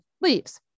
leaves